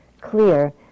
clear